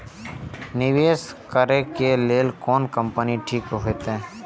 निवेश करे के लेल कोन कंपनी ठीक होते?